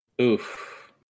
Oof